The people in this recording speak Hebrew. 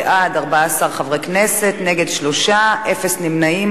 בעד, 14 חברי כנסת, נגד, 3, אין נמנעים.